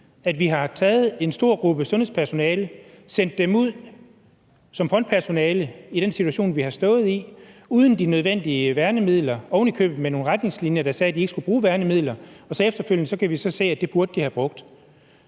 at vi har taget en stor gruppe af sundhedspersonale og sendt dem ud som frontpersonale i den situation, vi har stået i, uden de nødvendige værnemidler og ovenikøbet med nogle retningslinjer, der sagde, at de ikke skulle bruge værnemidler. Efterfølgende kan vi så se, at det burde de have brugt.